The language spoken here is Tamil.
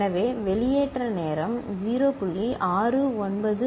எனவே வெளியேற்ற நேரம் 0